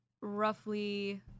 roughly